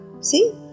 See